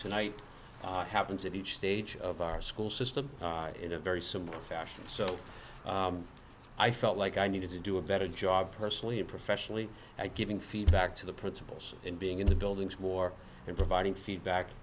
tonight happens in each stage of our school system in a very similar fashion so i felt like i needed to do a better job personally and professionally and giving feedback to the principals and being in the buildings war and providing feedback